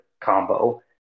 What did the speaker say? combo